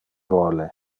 vole